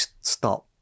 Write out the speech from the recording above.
stop